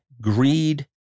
greed